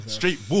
Straight